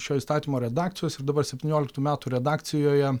šio įstatymo redakcijos ir dabar septynioliktų metų redakcijoje